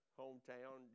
hometown